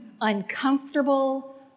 uncomfortable